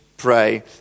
pray